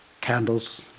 candles